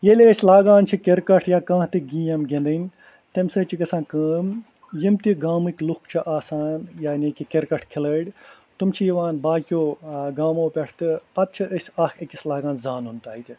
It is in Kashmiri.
ییٚلہِ أسۍ لاگان چھِ کرکٹ یا کانحہہ تہِ گیم گنٛدٕنۍ تَمہِ سۭتۍ چھِ گَژھان کٲم یِم تہِ گامٕکۍ لُکھ چھِ آسان یعنی کہِ کرکٹ کھِلٲڑۍ تِم چھِ یِوان باقیو گامو پٮ۪ٹھ تہِ پتہٕ چھِ أسۍ اکھ أکِس لاگان زانُن تَتہِ